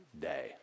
day